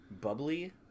Bubbly